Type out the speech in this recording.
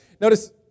Notice